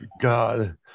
God